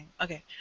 Okay